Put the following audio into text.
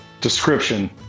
Description